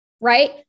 right